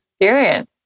experience